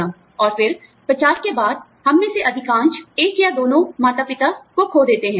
और फिर 50 के बाद हम में से अधिकांश एक या दोनों माता पिता को खो देते हैं